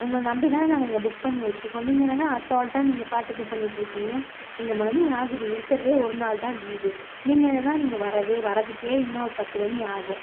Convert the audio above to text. உங்களை நம்பிதானே நாங்கள் இங்கே புக் பண்ணி வச்சிருக்கோம் நீங்கள் என்னனால் அசால்ட்டாக நீங்கள் பாட்டுக்கு இது பண்ணிட்டிருக்கிங்க இங்கே மணி ஆகுது இருக்கிறதே ஒரு நாள் தான் லீவு நீங்கள் என்னனால் நீங்கள் வரவே வரதுக்கே இன்னும் பத்து மணி ஆகும்